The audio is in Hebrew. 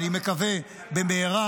אני מקווה במהרה,